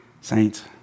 saints